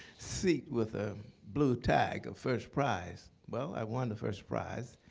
seat with a blue tag of first prize. well, i won the first prize.